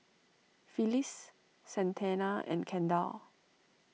Phyllis Santana and Kendall